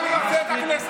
מספיק.